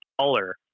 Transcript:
taller